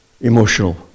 emotional